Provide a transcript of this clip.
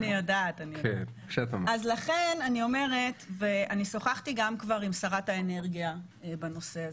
אני שוחחתי גם כבר עם שרת האנרגיה בנושא הזה.